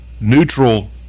neutral